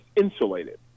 insulated